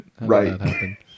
Right